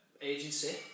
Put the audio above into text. agency